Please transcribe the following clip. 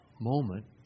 moment